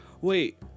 wait